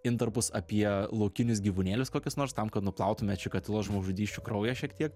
intarpus apie laukinius gyvūnėlius kokius nors tam kad nuplautume čikatilos žmogžudysčių kraują šiek tiek